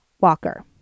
walker